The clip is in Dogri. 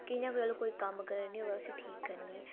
कि'यां कोई गलत कम्म करै नीं होन्नी उसी ठीक करनीं